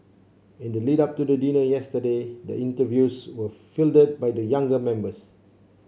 in the lead up to the dinner yesterday the interviews were fielded by the younger members